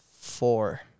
four